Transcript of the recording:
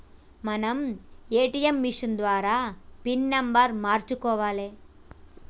మనం ATM machine ద్వారా pin నెంబర్ను మార్చుకోవాలే